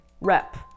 rep